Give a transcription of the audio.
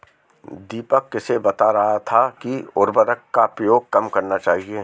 दीपक किसे बता रहा था कि उर्वरक का प्रयोग कम करना चाहिए?